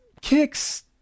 kicks